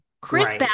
Chris